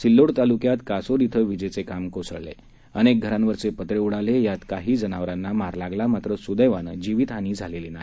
सिल्लोड तालुक्यात कासोद इथं विजद्वखांब कोसळल अनक्त घरांवरच प्रिज्ञिडाल ड्रात काही जनावरांना मार लागला मात्र सुदैवानज्ञीवित हानी झाली नाही